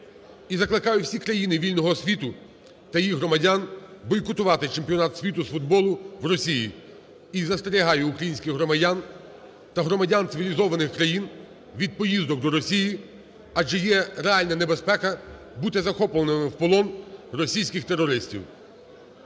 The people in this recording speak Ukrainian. І закликаю всі країни вільного світу та їх громадян бойкотувати Чемпіонат світу з футболу в Росії. І застерігаю українських громадян та громадян цивілізованих країн від поїздок до Росії, адже є реальна небезпека бути захопленими в полон російських терористів.